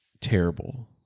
Terrible